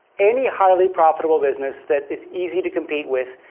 any highly profitable business that is easy to compete with,